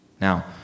Now